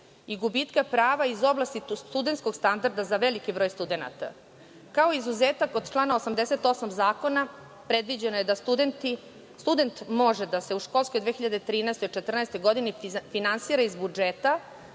i gubitka prava iz oblasti studentskog standarda za veliki broj studenata kao izuzetak od člana 88. Zakona, predviđeno je da student može da se u školskoj 2013/2014 godini finansira iz budžeta